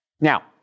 Now